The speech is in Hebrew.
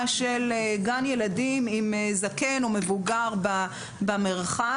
של גן ילדים עם זקן או מבוגר במרחב.